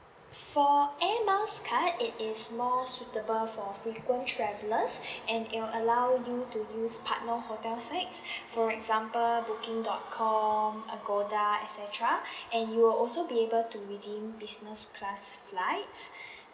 for air miles card it is more suitable for frequent travelers and it will allow you to use partner hotel's sites for example booking dot com or agoda et cetera and you'll also be able to redeem business class flights